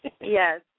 Yes